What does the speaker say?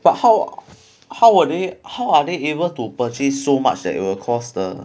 but how how were they how are they able to purchase so much that it will cause the